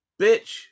bitch